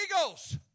eagles